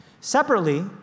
Separately